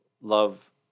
love